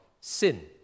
sin